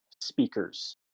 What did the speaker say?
speakers